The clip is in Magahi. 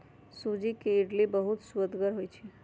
सूज्ज़ी के इडली बहुत सुअदगर होइ छइ